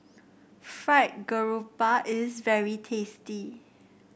Fried Garoupa is very tasty